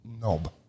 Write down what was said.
knob